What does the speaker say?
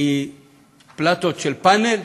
מפלטות של פאנל?